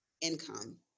income